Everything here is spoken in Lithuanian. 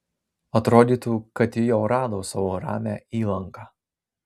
atrodytų kad ji jau rado savo ramią įlanką